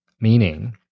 meaning